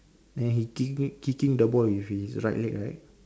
then he kicking kicking the ball with his right leg right